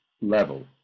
level